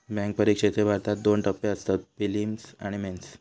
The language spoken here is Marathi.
बॅन्क परिक्षेचे भारतात दोन टप्पे असतत, पिलिम्स आणि मेंस